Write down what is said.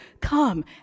come